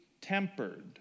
tempered